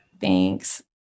Thanks